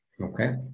okay